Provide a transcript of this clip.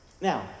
Now